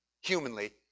humanly